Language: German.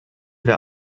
wer